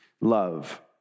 love